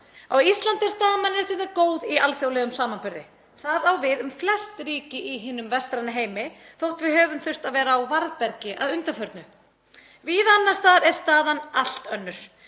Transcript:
Á Íslandi er staða mannréttinda góð í alþjóðlegum samanburði og það á við um flest ríki í hinum vestræna heimi þótt við höfum þurft að vera á varðbergi að undanförnu. Víða annars staðar er staðan allt önnur.